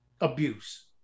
abuse